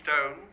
stone